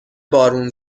بارون